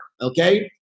okay